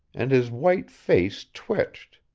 and his white face twitched.